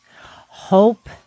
Hope